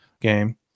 game